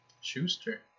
Schuster